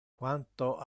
quanto